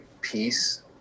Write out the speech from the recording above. peace